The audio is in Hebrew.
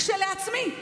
כשלעצמי,